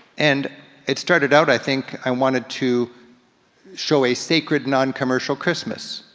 and it started out i think, i wanted to show a sacred, non-commercial christmas.